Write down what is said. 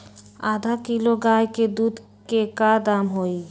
आधा किलो गाय के दूध के का दाम होई?